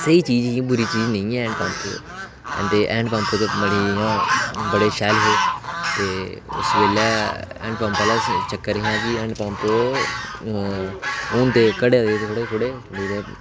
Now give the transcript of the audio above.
स्हेई चीज ही बुरी चीज नेईं ही ते हैंड पम्प ते बड़े शैल हे ते हैंड पम्प दा ते हुन चक्कर रेहा नीं ऐ